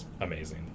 amazing